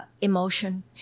Emotion